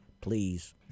Please